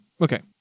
Okay